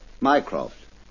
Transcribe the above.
Mycroft